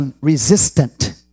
resistant